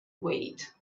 wait